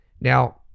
now